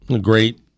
great